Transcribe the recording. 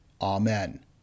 Amen